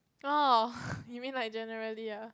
orh you mean like generally ah